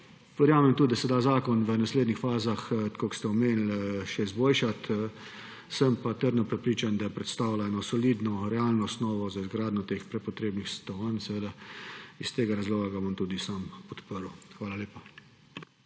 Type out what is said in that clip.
Verjamem tudi, da se da zakon v naslednjih fazah, tako kot ste omenili, še izboljšati. Sem pa trdno prepričan, da predstavlja eno solidno, realno osnovo za izgradnjo prepotrebnih stanovanj. Iz tega razloga ga bom tudi sam podprl. Hvala lepa.